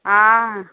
हा